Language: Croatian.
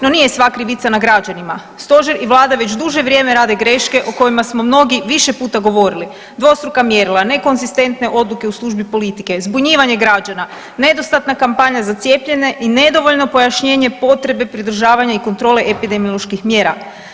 No nije sva krivica na građanima, stožer i vlada već duže vrijeme rade greške o kojima smo mnogi više puta govorili, dvostruka mjerila, nekonzistentne odluke u službi politike, zbunjivanje građana, nedostatna kampanja za cijepljenje i nedovoljno pojašnjenje potrebe pridržavanja i kontrole epidemioloških mjera.